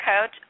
Coach